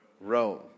Rome